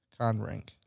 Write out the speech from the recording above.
Conrank